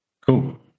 Cool